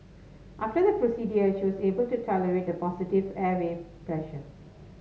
after the procedure she was able to tolerate the positive airway pressure